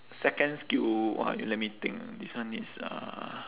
second skill !wah! I mean let me think this one is uh